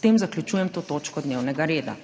S tem zaključujem to točko dnevnega reda.